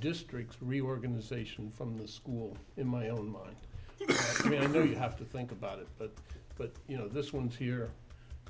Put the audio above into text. district's reorganization from the school in my own mind you know you have to think about it but you know this one's here